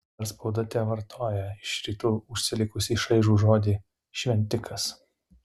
dar spauda tevartoja iš rytų užsilikusį šaižų žodį šventikas